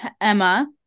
Emma